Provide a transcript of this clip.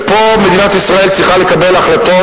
ופה מדינת ישראל צריכה לקבל החלטות.